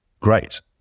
great